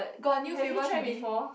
got new flavours ready